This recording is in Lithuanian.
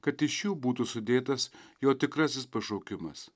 kad iš jų būtų sudėtas jo tikrasis pašaukimas